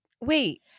Wait